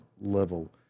level